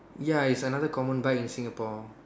ya it's another common bike in Singapore ya